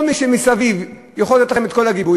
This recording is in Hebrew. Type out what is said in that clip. כל מי שמסביב יכול לתת לכם את כל הגיבוי,